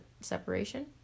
separation